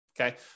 Okay